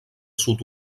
sud